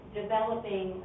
developing